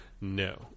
No